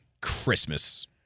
Christmas